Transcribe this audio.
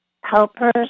helpers